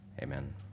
Amen